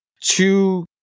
two